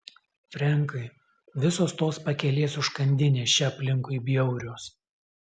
frenkai visos tos pakelės užkandinės čia aplinkui bjaurios